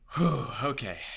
okay